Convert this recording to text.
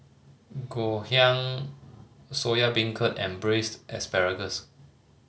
Ngoh Hiang Soya Beancurd and Braised Asparagus